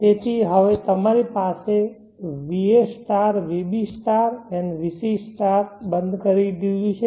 તેથી હવે તમારી પાસે અમે va vbઅને vc બંધ કરી દીધું છે